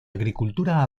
agricultura